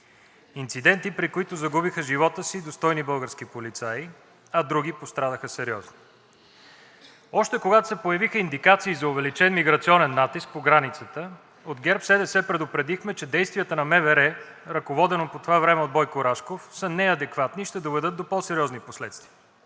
Инциденти, при които загубиха живота си достойни български полицаи, а други пострадаха сериозно. Още когато се появиха индикации за увеличен миграционен натиск по границата, от ГЕРБ-СДС предупредихме, че действията на МВР, ръководено по това време от Бойко Рашков, са неадекватни и ще доведат до по-сериозни последствия.